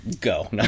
Go